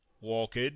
walked